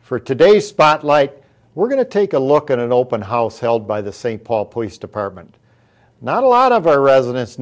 for today's spotlight we're going to take a look at an open house held by the st paul police department not a lot of our residents